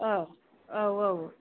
अ औ औ